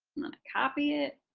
copy it.